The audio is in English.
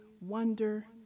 wonder